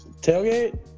tailgate